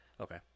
okay